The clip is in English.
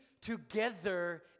together